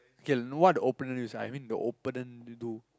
okay what the opponent use I mean the opponent do